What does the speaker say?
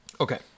Okay